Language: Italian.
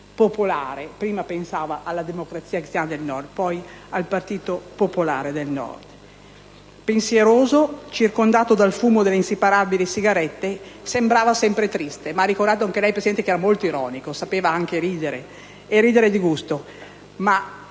popolare. Prima pensò alla Democrazia Cristiana del Nord e poi al Partito Popolare del Nord. Pensieroso, circondato dal fumo delle inseparabili sigarette, sembrava sempre triste, ma ha ricordato anche lei, signor Presidente, che era molto ironico e sapeva anche ridere, e di gusto.